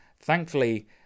Thankfully